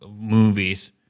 movies